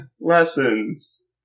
Lessons